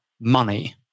money